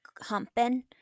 humping